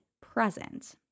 present